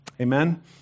amen